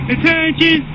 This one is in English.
Attention